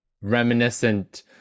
reminiscent